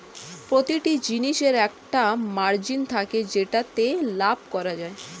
প্রতিটি জিনিসের একটা মার্জিন থাকে যেটাতে লাভ করা যায়